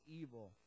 evil